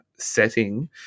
setting